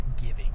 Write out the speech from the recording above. giving